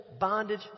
bondage